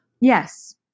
Yes